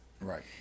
Right